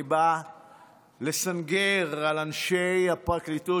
אני בא לסנגר על אנשי הפרקליטות,